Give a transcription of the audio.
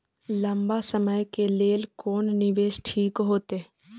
लंबा समय के लेल कोन निवेश ठीक होते?